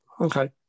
okay